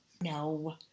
No